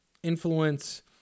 Influence